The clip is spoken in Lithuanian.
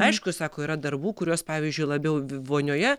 aišku sako yra darbų kuriuos pavyzdžiui labiau vonioje